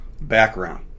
background